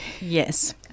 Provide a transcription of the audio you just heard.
Yes